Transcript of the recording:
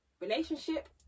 Relationship